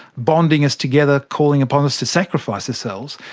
bonding us together, calling upon us to sacrifice ourselves.